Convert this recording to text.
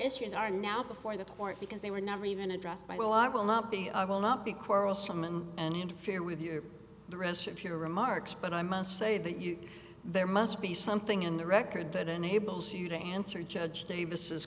issues are now before the court because they were never even addressed by well i will not be i will not be quarrelsome and and interfere with the rest of your remarks but i must say that you there must be something in the record that enables you to answer judge davis